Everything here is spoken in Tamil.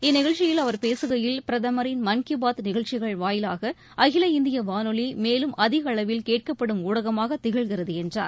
இந்நிகழ்ச்சியில் அவர் பேசுகையில் பிரதமரின் மன் கி பாத் நிகழ்ச்சிகள் வாயிலாக அகில இந்திய வானொலி மேலும் அதிக அளவில் கேட்கப்படும் ஊடகமாக திகழ்கிறது என்றார்